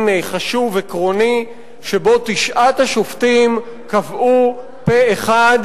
חשוב ועקרוני שבו תשעת השופטים קבעו פה-אחד